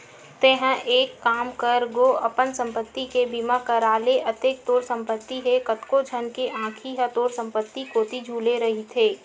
तेंहा एक काम कर गो अपन संपत्ति के बीमा करा ले अतेक तोर संपत्ति हे कतको झन के आंखी ह तोर संपत्ति कोती झुले रहिथे